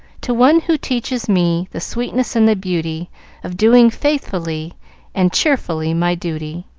to one who teaches me the sweetness and the beauty of doing faithfully and cheerfully my duty.